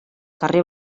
carrer